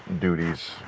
duties